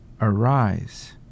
arise